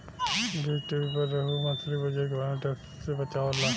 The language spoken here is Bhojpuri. बीज़टीवी पर रोहु मछली के प्रजाति के बारे में डेप्थ से बतावता